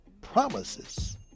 Promises